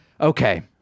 Okay